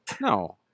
No